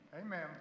Amen